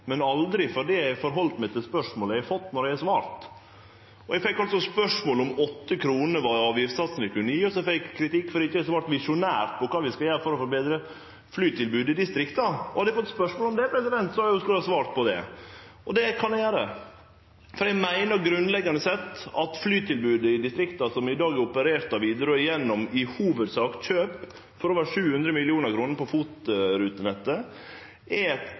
men aldri for at eg har halde meg til spørsmålet eg har fått når eg har svart. Eg fekk altså spørsmål om 8 kr var ein avgiftssats vi kunne gje, og så fekk eg kritikk for at eg ikkje har svart visjonært på kva vi skal gjere for å få betre flytilbodet i distrikta. Hadde eg fått spørsmål om det, hadde eg svart på det. Og det kan eg gjere. Eg meiner grunnleggjande sett at flytilbodet i distrikta som i dag er operert av Widerøe, gjennom i hovudsak kjøp for over 700 mill. kr på FOT-rutenettet, er